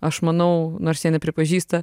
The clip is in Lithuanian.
aš manau nors jie nepripažįsta